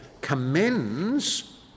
commends